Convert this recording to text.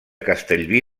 castellví